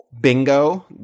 Bingo